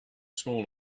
small